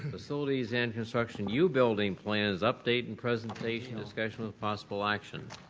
facilities and construction u building plans update and presentation discussion with possible action.